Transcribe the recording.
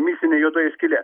mistinė juodoji skylė